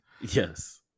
Yes